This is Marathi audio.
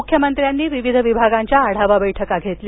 मुख्यमंत्र्यांनी विविध विभागांच्या आढावा बैठका घेतल्या